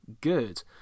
Good